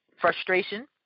frustration